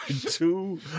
two